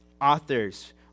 authors